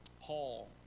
Paul